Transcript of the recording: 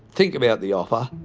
think about the offer.